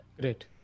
Great